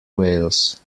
wales